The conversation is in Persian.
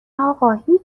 اقا، هیچ